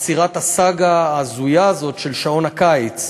עצירת הסאגה ההזויה הזאת של שעון הקיץ,